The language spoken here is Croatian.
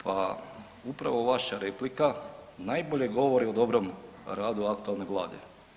Pa upravo vaša replika najbolje govori o dobrom radu aktualne Vlade.